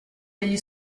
degli